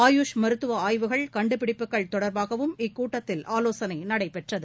ஆயுஷ் மருத்துவஆய்வுகள் கண்டுபிடிப்புகள் தொடர்பாகவும் இக்கூட்டத்தில் ஆலோசனைநடைபெற்றது